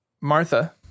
Martha